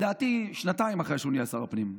לדעתי, שנתיים אחרי שהוא נהיה שר הפנים.